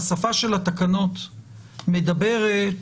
השפה של התקנות מדברת,